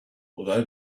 although